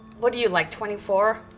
what are you? like, twenty four?